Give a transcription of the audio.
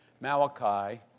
Malachi